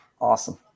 Awesome